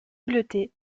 bleuté